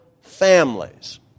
families